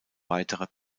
weiterer